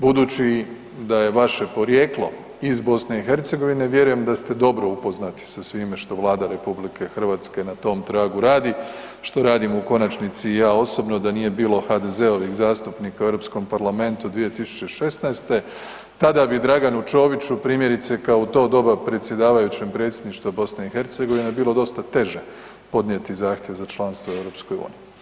Budući da je vaše porijeklo iz BiH vjerujem da ste dobro upoznati sa svime što Vlada RH na tom tragu radi, što radim u konačnici i ja osobno, da nije bilo HDZ-ovih zastupnika u Europskom parlamentu 2016. tada bi Draganu Čoviću primjerice kao u to doba predsjedavajućem predsjedništvu BiH bilo dosta teže podnijeti zahtjev za članstvo u EU.